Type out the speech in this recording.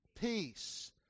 peace